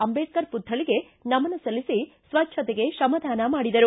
ಅಂಬೇಡ್ತರ್ ಪುಕ್ತಳಿಗೆ ನಮನ ಸಲ್ಲಿಸಿ ಸ್ವಚ್ಛತೆಗೆ ಶ್ರಮದಾನ ಮಾಡಿದರು